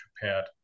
prepared